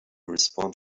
respond